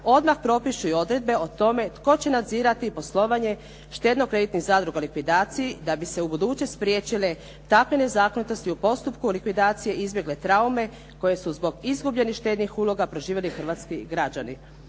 odmah propišu i odredbe o tome tko će nadzirati poslovanje štedno-kreditnih zadruga u likvidaciji da bi se ubuduće spriječile takve nezakonitosti u postupku likvidacije i izbjegle traume koje su zbog izgubljenih štednih uloga proživjeli hrvatski građani.